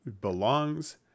belongs